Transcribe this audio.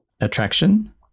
Attraction